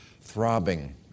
throbbing